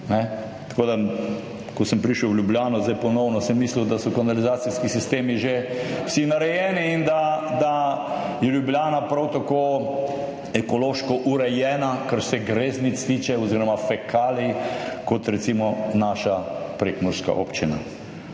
tako da ko sem prišel v Ljubljano zdaj ponovno, sem mislil, da so kanalizacijski sistemi že vsi narejeni in da je Ljubljana prav tako ekološko urejena, kar se greznic tiče oziroma fekalij, kot recimo naša prekmurska občina.